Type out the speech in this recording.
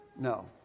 No